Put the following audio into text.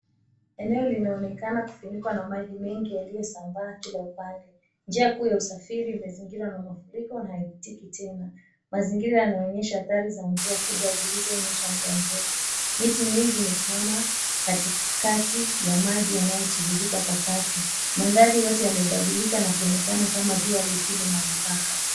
Eneo linaonekana kufunikwa na maji mengi yaliyo sambaa kila upande. Njia kuu ya usafiri imezingirwa na mafuriko na haipitiki tena. Mazingira yanaonyesha athari za mvua kubwa zilizonyesha muda mrefu. Miti mingi imesimama katikati ya maji yanayoturirika kwa kasi. Mandhari yote yamebadilika na kuonekana kama ziwa lisilo na mipaka.